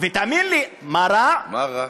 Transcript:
מה רע?